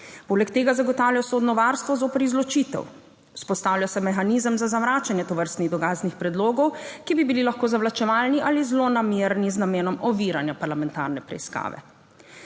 Poleg tega zagotavljajo sodno varstvo zoper izločitev. Vzpostavlja se mehanizem za zavračanje tovrstnih dokaznih predlogov, ki bi bili lahko zavlačevalni ali zlonamerni z namenom oviranja parlamentarne preiskave.